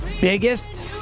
biggest